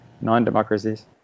non-democracies